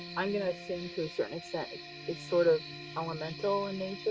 um you know certain so certain extent it's sort of elemental in nature